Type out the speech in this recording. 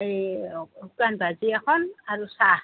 হেৰি শুকান ভাজি এখন আৰু চাহ